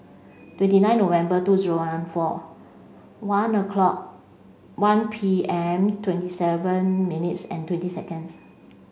twenty nine November two zero one four one o'clock one P M twenty seven minutes and twenty seconds